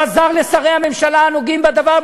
לא עזר לשרי הממשלה הנוגעים בדבר,